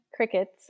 crickets